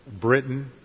Britain